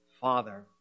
father